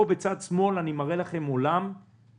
פה בצד שמאל אני מראה לכם עולם שבו